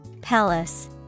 Palace